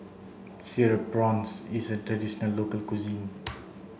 cereal prawns is a traditional local cuisine